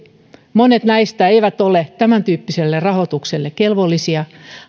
monet näistä eivät ole tämäntyyppiselle rahoitukselle kelvollisia